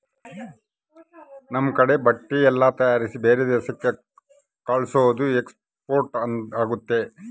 ನಮ್ ಕಡೆ ಬಟ್ಟೆ ಎಲ್ಲ ತಯಾರಿಸಿ ಬೇರೆ ದೇಶಕ್ಕೆ ಕಲ್ಸೋದು ಎಕ್ಸ್ಪೋರ್ಟ್ ಆಗುತ್ತೆ